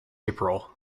april